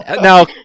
now